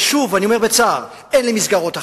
שוב, אני אומר בצער, אין לו מסגרות אחרות.